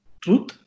truth